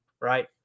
right